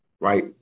right